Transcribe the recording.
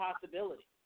possibility